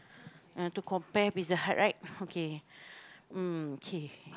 uh to compare Pizza-Hut right okay mm okay